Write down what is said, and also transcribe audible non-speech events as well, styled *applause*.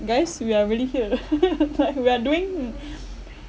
guys we are really here *laughs* like we are doing *noise*